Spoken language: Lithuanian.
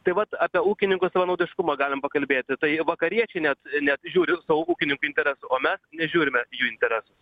tai vat apie ūkininkų savanaudiškumą galim pakalbėti tai vakariečiai net net žiūriu savo ūkininkų interesų o mes nežiūrime jų interesus